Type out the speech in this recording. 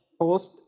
post